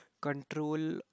control